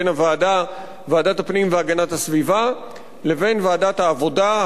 בין ועדת הפנים והגנת הסביבה לבין ועדת העבודה,